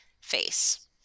face